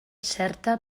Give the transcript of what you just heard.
certa